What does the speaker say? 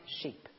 sheep